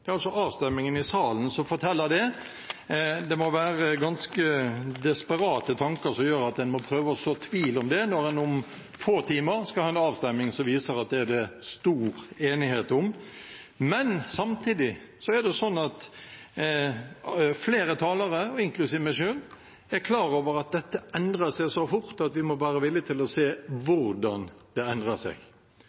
Det er altså avstemmingen i salen som forteller det. Det må være ganske desperate tanker som gjør at en må prøve å så tvil om det når en om få timer skal ha en avstemning som viser at det er stor enighet om det. Men samtidig er det slik at flere talere, inklusive meg selv, er klar over at dette endrer seg så fort at vi må være villige til å se hvordan det endrer seg.